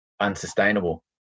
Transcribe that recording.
unsustainable